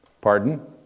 Pardon